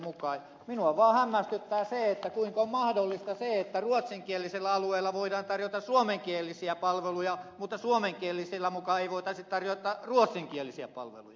minua vaan hämmästyttää se kuinka on mahdollista että ruotsinkielisillä alueilla voidaan tarjota suomenkielisiä palveluja mutta suomenkielisillä muka ei voitaisi tarjota ruotsinkielisiä palveluja